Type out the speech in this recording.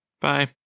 Bye